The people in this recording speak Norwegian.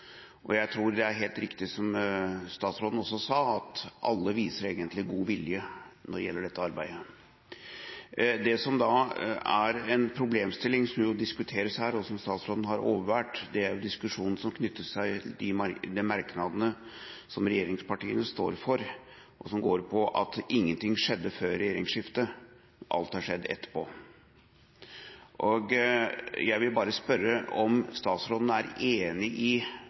prosess. Jeg tror det er helt riktig, som statsråden sa, at alle egentlig viser god vilje når det gjelder dette arbeidet. Det som er en problemstilling her – og statsråden har overvært diskusjonen – er diskusjonen som knytter seg til merknadene som regjeringspartiene står bak, og som går på at ingenting skjedde før regjeringsskiftet, at alt har skjedd etterpå. Jeg vil bare spørre om statsråden er enig i